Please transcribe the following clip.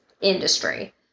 industry